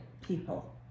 people